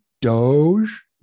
Doge